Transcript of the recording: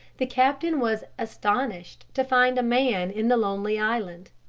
the captain was astonished to find a man in the lonely island.